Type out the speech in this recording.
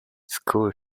school